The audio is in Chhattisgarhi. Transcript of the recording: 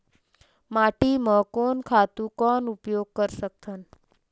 माटी म कोन खातु कौन उपयोग कर सकथन?